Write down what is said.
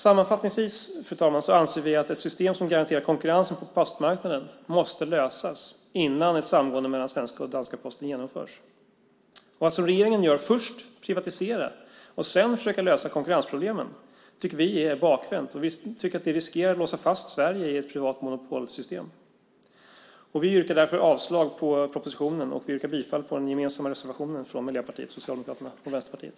Sammanfattningsvis, fru talman, anser vi att ett system som garanterar konkurrens på postmarknaden måste skapas innan ett samgående mellan svenska och danska Posten genomförs. Att som regeringen först privatisera och sedan försöka lösa konkurrensproblemen tycker vi är bakvänt. Det riskerar att låsa fast Sverige i ett privat monopolsystem. Vi yrkar därför avslag på propositionen och bifall till den gemensamma reservationen från Miljöpartiet, Socialdemokraterna och Vänsterpartiet.